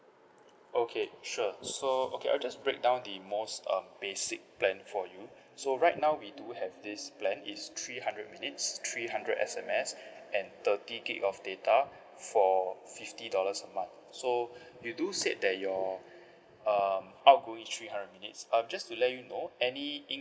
okay sure so okay I'll just breakdown the most um basic plan for you so right now we do have this plan is three hundred minutes three hundred S_M_S and thirty gig of data for fifty dollars a month so you do said that your um outgoing three hundred minutes um just to let you know any incoming